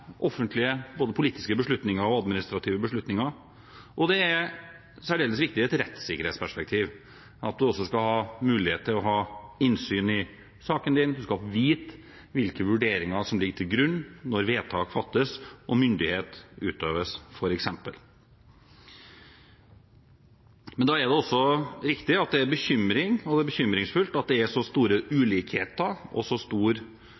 offentlige politiske og administrative beslutninger. Og det er særdeles viktig i et rettssikkerhetsperspektiv at man også skal ha mulighet til å få innsyn i saken sin, få vite hvilke vurderinger som ligger til grunn når vedtak fattes og myndighet utøves, f.eks. Da er det også riktig at det er bekymringsfullt at det er så store ulikheter og så stor